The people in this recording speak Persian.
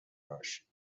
باشید